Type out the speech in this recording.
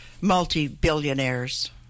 multi-billionaires